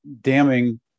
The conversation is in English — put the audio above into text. damning